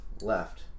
left